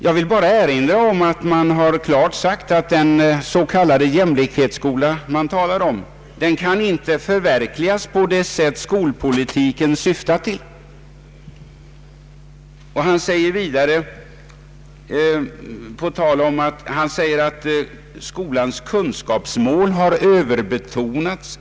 Jag vill endast erinra om att statsministern har anfört: ”Det innebär att strävan till jämlikhet inte kan förverkligas på det sätt skolpolitiken syftat till.” Han har vidare sagt: ”Det leder till att skolans kunskapsmål överbetonas.